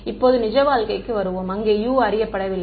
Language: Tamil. இப்போது நிஜ வாழ்க்கைக்கு வருவோம் அங்கே U அறியப்படவில்லை